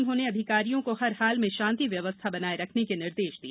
उन्होंने अधिकारियों को हर हाल में शांति व्यवस्था बनाए रखने के निर्देश दिए